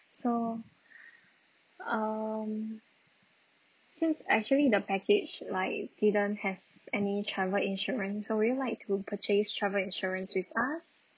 so um since actually the package like didn't have any travel insurance so would you like to purchase travel insurance with us